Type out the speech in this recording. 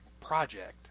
project